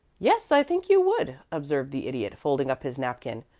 yes, i think you would, observed the idiot, folding up his napkin.